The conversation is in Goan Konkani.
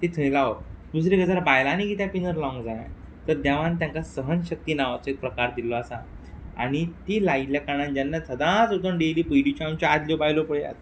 ती थंय लावप दुसरी गजाल बायलांनी किद्याक पिनर लावंक जाय तर देवान तेंकां सहनशक्ती नांवाचो एक प्रकार दिल्लो आसा आणी ती लायिल्ल्या कारणान जेन्ना सदांच वचून डेली पयलींच्यो आमच्यो आदल्यो बायलो पळयात